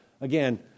again